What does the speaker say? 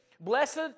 blessed